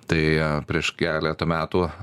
tai prieš keletą metų